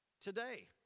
Today